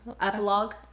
epilogue